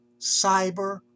cyber